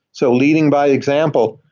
so, leading by example,